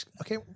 Okay